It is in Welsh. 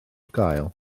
gael